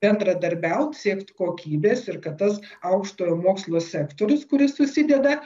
bendradarbiaut siekt kokybės ir kad tas aukštojo mokslo sektorius kuris susideda